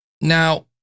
Now